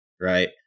right